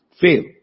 Fail